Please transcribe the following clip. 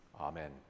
Amen